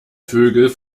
vögel